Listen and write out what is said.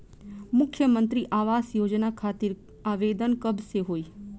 मुख्यमंत्री आवास योजना खातिर आवेदन कब से होई?